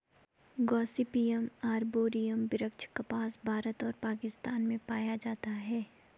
Gossypium arboreum वृक्ष कपास, भारत और पाकिस्तान में पाया जाता है